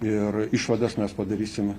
ir išvadas mes padarysime